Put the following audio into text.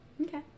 Okay